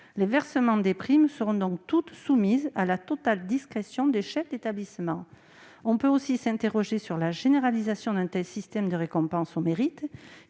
Les versements des primes seront donc soumis à la totale discrétion des chefs d'établissement. On peut aussi s'interroger sur la généralisation d'un tel système de récompenses au mérite.